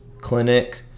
clinic